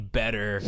better